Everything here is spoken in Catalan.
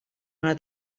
una